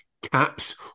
caps